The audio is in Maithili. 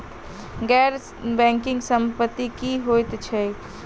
गैर बैंकिंग संपति की होइत छैक?